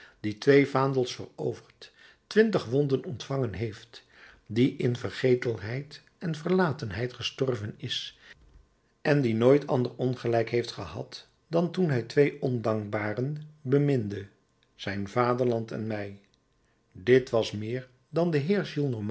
die twee vaandels veroverd twintig wonden ontvangen heeft die in vergetelheid en verlatenheid gestorven is en die nooit ander ongelijk heeft gehad dan toen hij twee ondankbaren beminde zijn vaderland en mij dit was meer dan de